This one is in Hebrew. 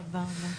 תודה רבה.